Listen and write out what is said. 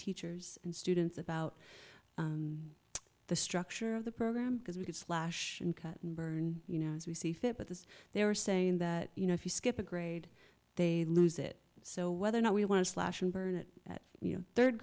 teachers and students about the structure of the program because we could slash and burn you know as we see fit but as they were saying that you know if you skip a grade they lose it so whether or not we want to slash and burn it at you know third